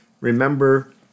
remember